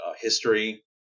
history